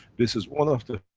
this is one of the